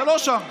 זה לא שם.